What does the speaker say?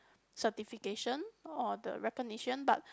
certification or the recognition but